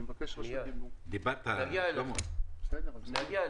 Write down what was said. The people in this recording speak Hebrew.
נגיע אליך.